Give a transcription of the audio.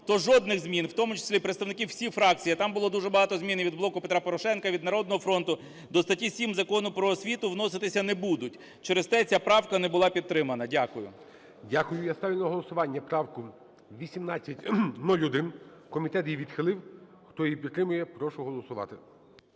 то жодних змін, у тому числі і представників всіх фракцій, а там було дуже багато змін і від "Блоку Петра Порошенка", від "Народного фронту", до статті 7 Закону "Про освіту" вноситися не будуть. Через те ця правка не була підтримана. Дякую. ГОЛОВУЮЧИЙ. Дякую. Я ставлю на голосування правку 1801. Комітет її відхилив. Хто її підтримує, прошу голосувати.